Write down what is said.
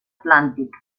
atlàntic